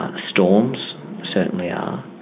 ah storms certainly are,